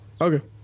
Okay